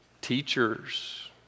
teachers